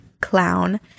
clown